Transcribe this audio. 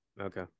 Okay